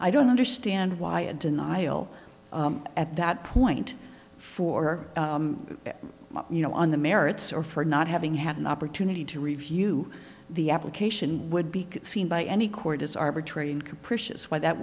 i don't understand why a denial at that point for you know on the merits or for not having had an opportunity to review the application would be seen by any court as arbitrary and capricious why that